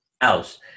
house